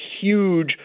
huge